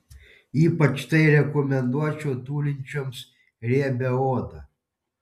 ypač tai rekomenduočiau turinčioms riebią odą